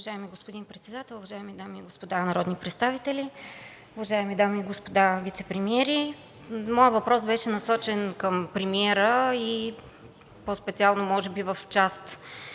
Уважаеми господин Председател, уважаеми дами и господа народни представители, уважаеми дами и господа вицепремиери! Моят въпрос беше насочен към премиера, по-специално може би е в